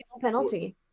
penalty